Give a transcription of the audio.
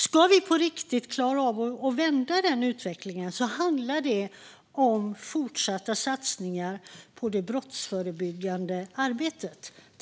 Ska vi på riktigt klara av att vända utvecklingen handlar det om fortsatta satsningar på det brottsförebyggande arbetet.